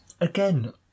Again